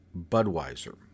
Budweiser